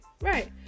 Right